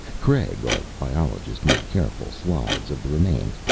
craig, our biologist, made careful slides of the remains,